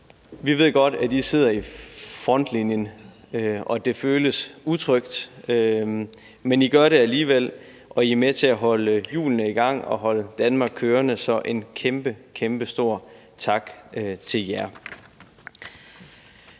Vi ved godt, at I er i frontlinjen, og at det føles utrygt, men I gør det alligevel, og I er med til at holde hjulene i gang og holde Danmark kørende – så kæmpekæmpestor tak til jer.